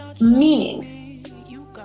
meaning